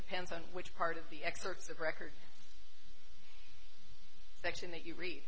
depends on which part of the excerpts of record section that you read